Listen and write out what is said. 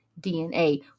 DNA